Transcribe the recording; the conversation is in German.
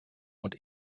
und